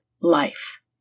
life